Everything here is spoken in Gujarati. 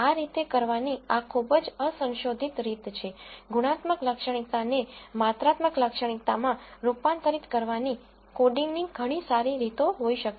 આ રીતે કરવાની આ ખૂબ જ અસંશોધિત રીત છે ગુણાત્મક લાક્ષણિકતા ને માત્રાત્મક લાક્ષણિકતા માં રૂપાંતરિત કરવાની કોડિંગની ઘણી સારી રીતો હોઈ શકે